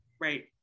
Right